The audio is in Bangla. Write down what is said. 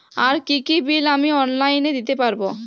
আর কি কি বিল আমি অনলাইনে দিতে পারবো?